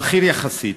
בכיר יחסית,